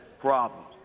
problems